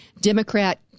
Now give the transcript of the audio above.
Democrat